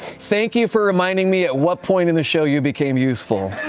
thank you for reminding me at what point in the show you became useful.